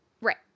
Right